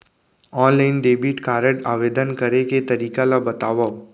Online debit card आवेदन करे के तरीका ल बतावव?